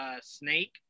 Snake